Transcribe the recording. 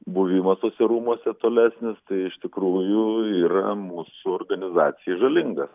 buvimas tuose rūmuose tolesnis tai iš tikrųjų yra mūsų organizacijai žalingas